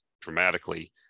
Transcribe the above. dramatically